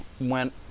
Went